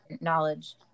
knowledge